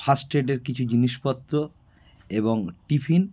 first এডের কিছু জিনিসপত্র এবং টিফিন